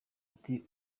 ati